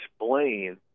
explain